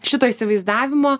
šito įsivaizdavimo